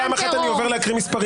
הצבעה לא אושרה נפל.